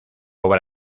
obra